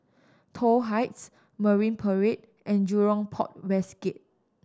Toh Heights Marine Parade and Jurong Port West Gate